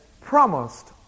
promised